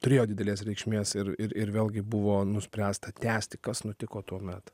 turėjo didelės reikšmės ir ir vėlgi buvo nuspręsta tęsti kas nutiko tuomet